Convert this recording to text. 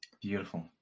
beautiful